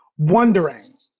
wondering